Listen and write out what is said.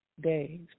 days